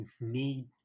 need